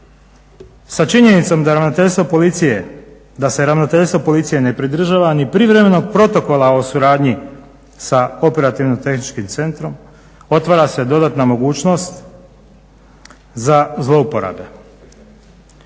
sa činjenicom da se Ravnateljstvo Policije ne pridržava ni Privremenog protokola o suradnji sa Operativno-tehničkim centrom, otvara se dodatna mogućnost za zlouporabe.